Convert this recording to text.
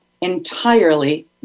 entirely